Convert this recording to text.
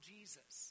Jesus